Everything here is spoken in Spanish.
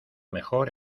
mejor